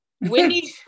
Wendy